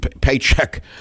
Paycheck